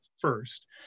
first